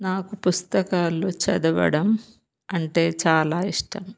నాకు పుస్తకాలు చదవడం అంటే చాలా ఇష్టం